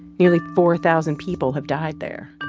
nearly four thousand people have died there.